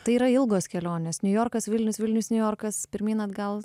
tai yra ilgos kelionės niujorkas vilnius vilnius niujorkas pirmyn atgal